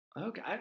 Okay